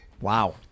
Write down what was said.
Wow